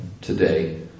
today